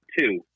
two